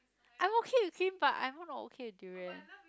I'm okay with cream but I'm not okay with durian